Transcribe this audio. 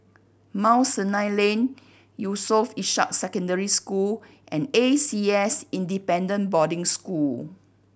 Mount Sinai Lane Yusof Ishak Secondary School and A C S Independent Boarding School